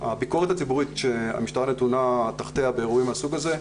הביקורת הציבורית שהמשטרה נתונה תחתיה באירועים מהסוג הזה,